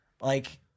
Like-